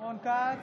רון כץ,